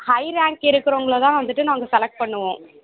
high rank இருக்குறவங்களை தான் வந்துவிட்டு நாங்கள் செலக்ட் பண்ணுவோம்